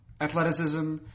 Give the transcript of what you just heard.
Athleticism